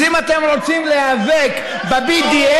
אז אם אתם רוצים להיאבק ב-BDS,